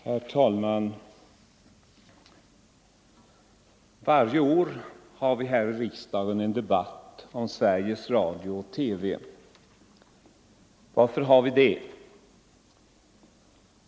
Herr talman! Varje år har vi i riksdagen en debatt om radiooch TV verksamheten. Varför har vi det?